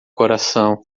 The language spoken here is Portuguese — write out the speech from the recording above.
coração